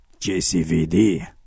JCVD